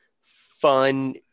fun